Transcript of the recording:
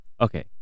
Okay